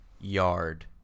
yard